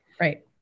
Right